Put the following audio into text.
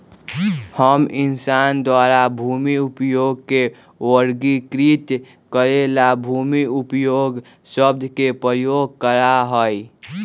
हम इंसान द्वारा भूमि उपयोग के वर्गीकृत करे ला भूमि उपयोग शब्द के उपयोग करा हई